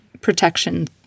protection